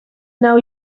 now